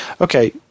Okay